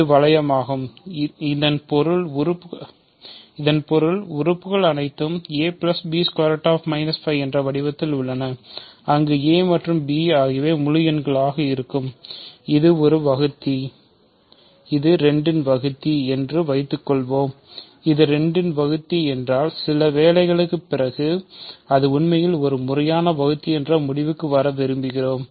இது வளையமாகும் இதன் பொருள் உறுப்புகள் அனைத்தும் ab என்ற வடிவத்தில் உள்ளன அங்கு a மற்றும் b முழு எண்ணாக இருக்கும் இது ஒரு வகுத்தி இது 2 இன் வகுத்தி என்று வைத்துக்கொள்வோம் இது 2 இன் வகுத்தி என்றால்சில வேலைகளுக்குப் பிறகு அது உண்மையில் ஒரு முறையான வகுத்தி என்ற முடிவுக்கு வர விரும்புகிறோம்